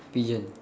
pigeon